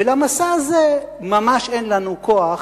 ולמסע הזה ממש אין לנו כוח,